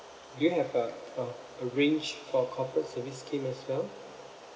do you have a a a range for a corporate service scheme as well